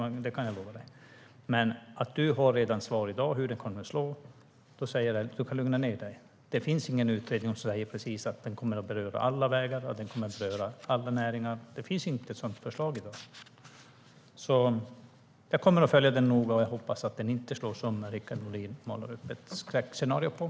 Det kan jag lova dig. Det verkar som att du redan i dag har svar på hur det kommer att slå. Du kan lugna dig. Det finns ingen utredning om att det kommer att beröra alla vägar i Sverige och alla näringar. Det finns i dag inte något sådant förslag. Jag kommer att följa det noga. Jag hoppas att det inte går som Rickard Nordin målar upp ett skräckscenario om.